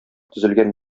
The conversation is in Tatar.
төзелгән